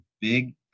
big